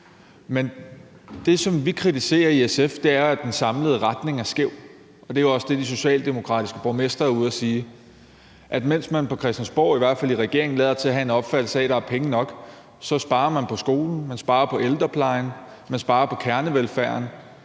Men det, som vi kritiserer i SF, er, at den samlede retning er skæv, og det er jo også det, de socialdemokratiske borgmestre er ude at sige: Mens man på Christiansborg, i hvert fald i regeringen, lader til at have en opfattelse af, at der er penge nok, sparer man på skolen, sparer man på ældreplejen, og sparer man på kernevelfærden.